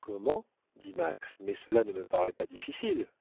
comment dit max mais cela ne me paraît pas difficile